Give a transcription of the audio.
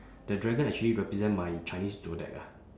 the dragon actually represent my chinese zodiac ah